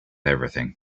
everything